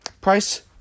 price